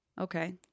Okay